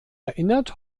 erinnert